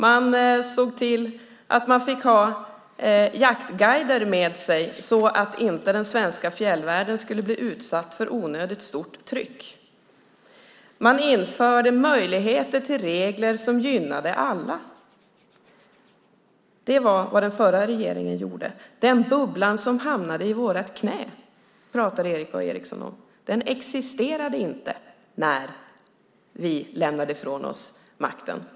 Den förra regeringen såg till att man fick ha jaktguider med sig så att inte den svenska fjällvärlden skulle bli utsatt för onödigt stort tryckt. Man införde möjligheter till regler som gynnade alla. Det var vad den förra regeringen gjorde. Bubblan som hamnade i vårt knä, pratade Erik A Eriksson om. Den existerade inte när vi lämnade ifrån oss makten.